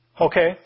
Okay